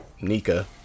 Nika